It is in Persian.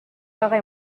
آقای